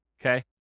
okay